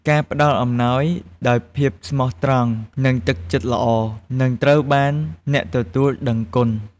ការផ្តល់អំណោយដោយភាពស្មោះត្រង់ និងទឹកចិត្តល្អ នឹងត្រូវបានអ្នកទទួលដឹងគុណ។